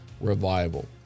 revival